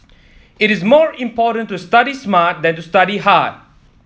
it is more important to study smart than to study hard